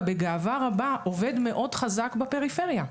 בגאווה רבה עובד מאוד חזק בפריפריה,